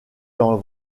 dans